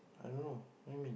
I don't know Amy